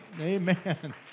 Amen